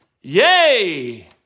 Yay